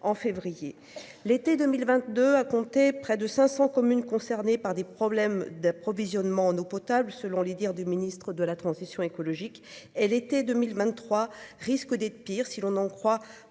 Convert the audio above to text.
L'été 2022 a compté près de 500 communes concernées par des problèmes d'approvisionnement en eau potable, selon les dires du ministre de la transition écologique et l'été 2023 risque d'être pire si l'on en croit le